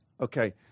okay